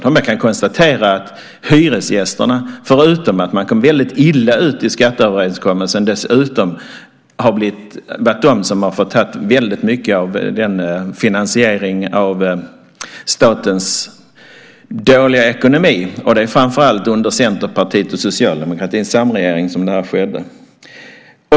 Man kan dessutom konstatera att hyresgästerna, förutom att de kom väldigt illa ut i skatteöverenskommelsen, har fått bära väldigt mycket av saneringen av statens dåliga ekonomi, och det var framför allt under Centerpartiets och socialdemokratins samregering som detta skedde.